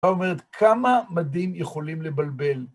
היתה אומרת, כמה מדים יכולים לבלבל.